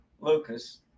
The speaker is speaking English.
lucas